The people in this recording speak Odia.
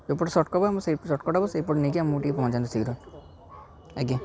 ଯଉ ପଟେ ସର୍ଟକର୍ଟ ସର୍ଟକର୍ଟ ହେବ ସେଇପଟେ ଆମକୁ ସର୍ଟକର୍ଟ ନେଇକି ଟିକେ ପହଞ୍ଚାନ୍ତୁ ଶୀଘ୍ର ଆଜ୍ଞା